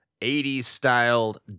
80s-styled